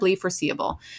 foreseeable